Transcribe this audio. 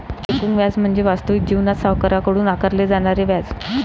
एकूण व्याज म्हणजे वास्तविक जीवनात सावकाराकडून आकारले जाणारे व्याज